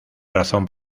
razón